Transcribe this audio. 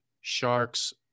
Sharks